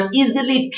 easily